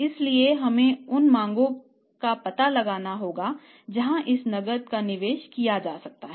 इसलिए हमें उन मार्गों का पता लगाना होगा जहां इस नकदी का निवेश किया जा सकता है